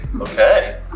okay